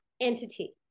entity